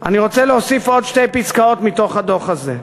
אני רוצה להוסיף עוד שתי פסקאות מתוך הדוח הזה.